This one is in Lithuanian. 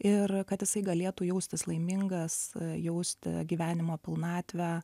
ir kad jisai galėtų jaustis laimingas jausti gyvenimo pilnatvę